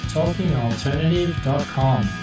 TalkingAlternative.com